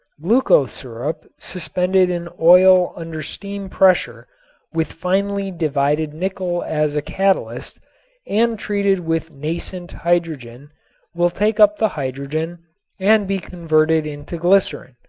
glucose syrup suspended in oil under steam pressure with finely divided nickel as a catalyst and treated with nascent hydrogen will take up the hydrogen and be converted into glycerin.